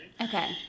Okay